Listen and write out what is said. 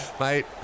Mate